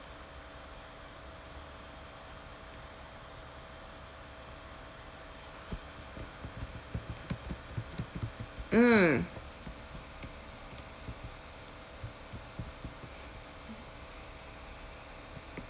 mm